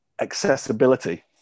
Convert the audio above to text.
accessibility